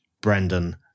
brendan